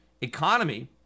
economy